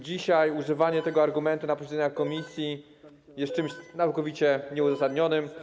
Dzisiaj używanie tego argumentu na posiedzeniach komisji jest czymś całkowicie nieuzasadnionym.